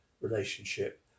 relationship